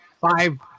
five